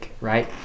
right